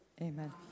Amen